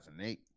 2008